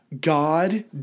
God